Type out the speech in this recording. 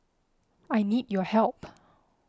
I need your help